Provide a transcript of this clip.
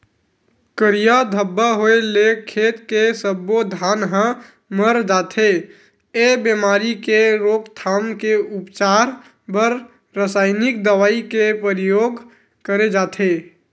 करिया धब्बा होय ले खेत के सब्बो धान ह मर जथे, ए बेमारी के रोकथाम के उपचार बर रसाइनिक दवई के परियोग करे जाथे